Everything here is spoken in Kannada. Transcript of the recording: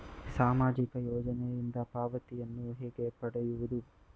ಸಾಮಾಜಿಕ ಯೋಜನೆಯಿಂದ ಪಾವತಿಯನ್ನು ಹೇಗೆ ಪಡೆಯುವುದು?